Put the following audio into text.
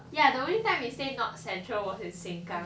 ya the only time we stay not central was in sengkang